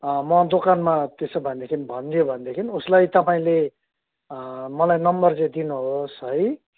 मो दोकानमा त्यसो भनेदेखि भनिदियो भनेदेखि उसलाई तपाईँले मलाई नम्बर चाहिँ दिनुहोस् है